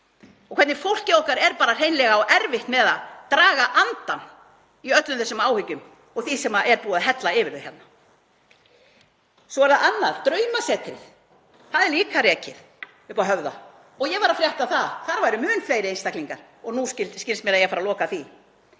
og hvernig fólkið okkar á hreinlega erfitt með að draga andann í öllum þessum áhyggjum og því sem er búið að hella yfir það hérna? Svo er það annað, Draumasetrið. Það er líka rekið uppi á Höfða og ég var að frétta að þar væru mun fleiri einstaklingar og nú skilst mér að eigi að fara að loka því.